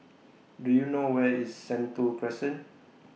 Do YOU know Where IS Sentul Crescent